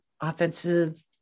Offensive